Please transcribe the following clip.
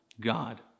God